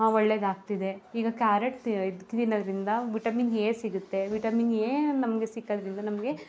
ಒಳ್ಳೆದಾಗ್ತಿದೆ ಈಗ ಕ್ಯಾರೆಟ್ ತಿ ಇದು ತಿನ್ನೋದರಿಂದ ವಿಟಮಿನ್ ಎ ಸಿಗುತ್ತೆ ವಿಟಮಿನ್ ಎ ನಮಗೆ ಸಿಕ್ಕೋದ್ರಿಂದ ನಮಗೆ